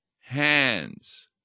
hands